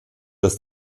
das